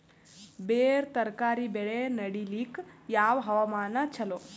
ಬೇರ ತರಕಾರಿ ಬೆಳೆ ನಡಿಲಿಕ ಯಾವ ಹವಾಮಾನ ಚಲೋ?